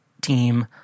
team